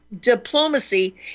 diplomacy